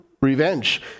revenge